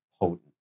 potent